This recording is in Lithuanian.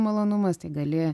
malonumas tai gali